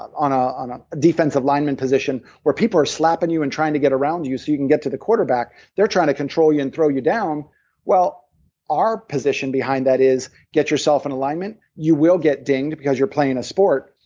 on ah on a defensive lineman position, where people are slapping you and trying to get around you so you can get to the quarterback. they're trying to control you and throw you down our position behind that is, get yourself in alignment. you will get dinged because you're playing a sport,